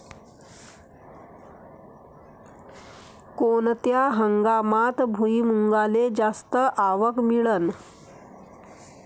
कोनत्या हंगामात भुईमुंगाले जास्त आवक मिळन?